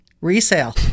Resale